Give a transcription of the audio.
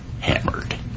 hammered